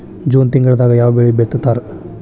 June ತಿಂಗಳದಾಗ ಯಾವ ಬೆಳಿ ಬಿತ್ತತಾರ?